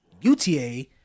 UTA